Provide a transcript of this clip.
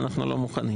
אנחנו לא מוכנים.